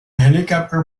helicopter